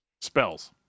spells